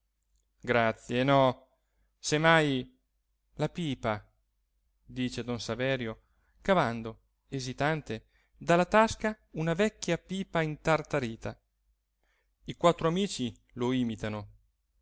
grazie no se mai la pipa dice don saverio cavando esitante dalla tasca una vecchia pipa intartarita i quattro amici lo imitano